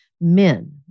men